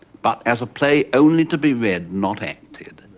but as a play only to be read not acted.